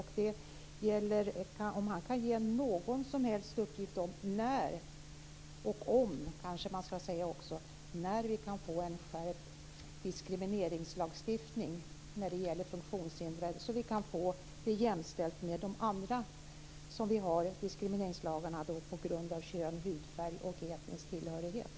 Det gäller om han kan ge någon som helst uppgift vad beträffar när - och om kanske man också skall säga - vi kan få en skärpt diskrimineringslagstiftning när det gäller funktionshindrade, så att vi kan få det jämställt med de andra lagarna om diskriminering på grund av kön, hudfärg och etnisk tillhörighet.